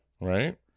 Right